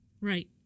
Right